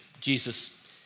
Jesus